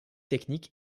technique